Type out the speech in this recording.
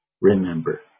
remember